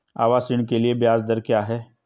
आवास ऋण के लिए ब्याज दर क्या हैं?